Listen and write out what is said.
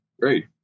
Great